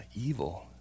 evil